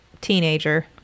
teenager